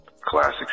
classic